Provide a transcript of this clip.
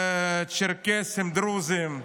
הצ'רקסים והדרוזים.